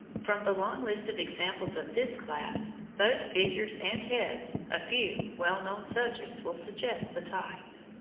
from the long list of examples of this class, both figures and heads, a few well-known subjects will suggest the type